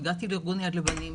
הגעתי לארגון יד לבנים,